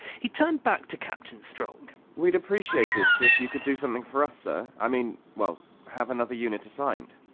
he turned back to captain strong. we'd appreciate it if you could do something for us, sir. i mean well, have another unit assigned.